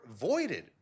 voided